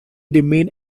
remain